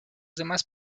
demás